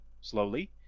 slowly